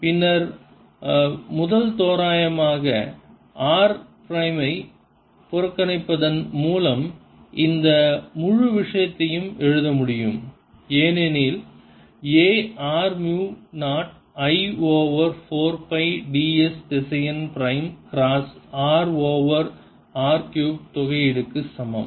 பின்னர் முதல் தோராயமாக r பிரைமை புறக்கணிப்பதன் மூலம் இந்த முழு விஷயத்தையும் எழுத முடியும் ஏனெனில் A r மு 0 I ஓவர் 4 பை ds திசையன் prime cross r over r cube தொகையீடு க்கு சமம்